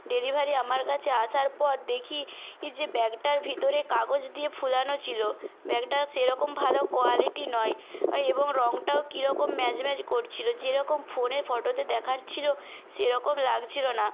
delivery আমার কাছে আসার পর দেখি যে ব্যাগটার ভিতরে কাগজ দিয়ে ফুলানো ছিল ব্যাগটা সেরকম ভালো কোয়ালিটি নয় এবং রংটাও কী রকম ম্যাজম্যাজ করছিল যেরকম ফোনে ফোটোতে দেখার ছিল সেরকম লাগছিল না